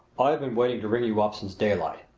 i have been waiting to ring you up since daylight!